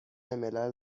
ملل